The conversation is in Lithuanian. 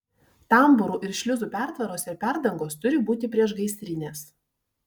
tambūrų ir šliuzų pertvaros ir perdangos turi būti priešgaisrinės